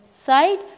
side